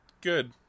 Good